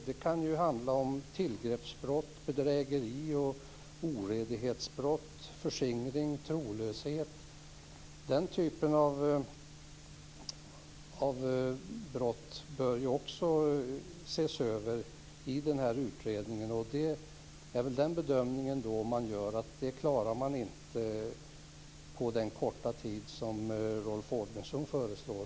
Det kan röra sig om tillgreppsbrott, bedrägeri, oredlighetsbrott, förskingring och trolöshetsbrott. Den typen av brott bör ju också ses över i utredningen, och enligt bedömningen klarar man inte det på den korta tid som Rolf Åbjörnsson föreslår.